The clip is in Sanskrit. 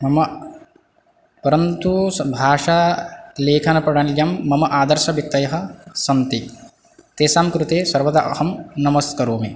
मम परन्तु भासालेखनप्रणाल्यां मम आदर्शव्यक्तयः सन्ति तेषां कृते सर्वदा अहं नमस्करोमि